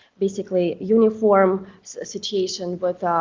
basically uniform situation with